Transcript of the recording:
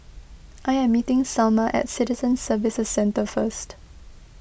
I am meeting Selma at Citizen Services Centre first